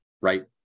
right